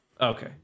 Okay